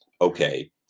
Okay